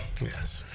Yes